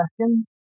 questions